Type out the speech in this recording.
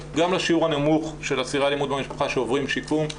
גם לשיעור הנמוך של אסירי אלמ"ב שעוברים שיקום,